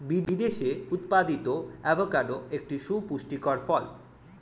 বিদেশে উৎপাদিত অ্যাভোকাডো একটি সুপুষ্টিকর ফল